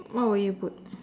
what will you put